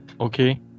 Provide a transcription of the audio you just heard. okay